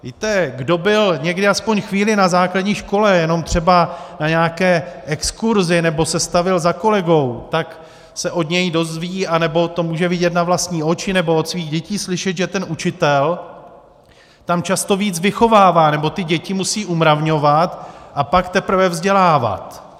Víte, kdo byl někdy aspoň chvíli na základní škole, jenom třeba na nějaké exkurzi, nebo se stavil za kolegou, tak se od něj dozví, anebo to může vidět na vlastní oči, anebo od svých dětí slyšet, že ten učitel tam často víc vychovává, nebo ty děti musí umravňovat, a pak teprve vzdělávat.